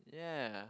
yeah